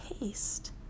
taste